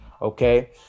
Okay